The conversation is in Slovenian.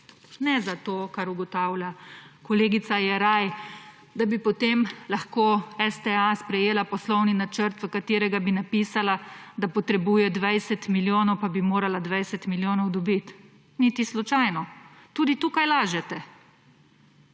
Ne zato, kar ugotavlja kolegica Jeraj, da bi potem lahko STA sprejela poslovni načrt, v katerega bi napisala, da potrebuje 20 milijonov, pa bi morala 20 milijonov dobiti, niti slučajno. Tudi tukaj lažete.